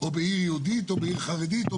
בעיר יהודית או בעיר חרדית,